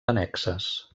annexes